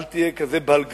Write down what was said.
אל תהיה כזה בעל גאווה.